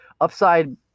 upside